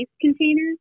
container